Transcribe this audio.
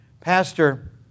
Pastor